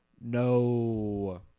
No